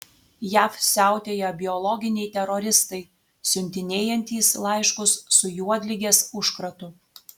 jav siautėja biologiniai teroristai siuntinėjantys laiškus su juodligės užkratu